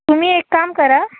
तुम्ही एक काम करा